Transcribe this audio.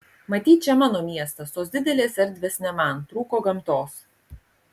matyt čia mano miestas tos didelės erdvės ne man trūko gamtos